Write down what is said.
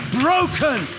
broken